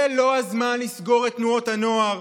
זה לא הזמן לסגור את תנועות הנוער,